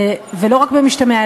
ולא רק במשתמע,